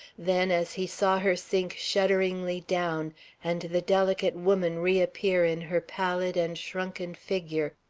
then as he saw her sink shudderingly down and the delicate woman reappear in her pallid and shrunken figure,